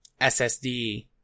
SSD